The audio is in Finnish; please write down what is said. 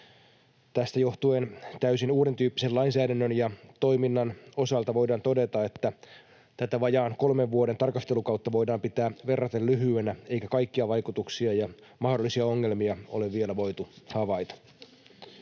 Tästä johtuen täysin uudentyyppisen lainsäädännön ja toiminnan osalta voidaan todeta, että tätä vajaan kolmen vuoden tarkastelukautta voidaan pitää verraten lyhyenä eikä kaikkia vaikutuksia ja mahdollisia ongelmia ole vielä voitu havaita.